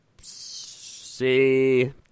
See